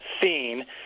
scene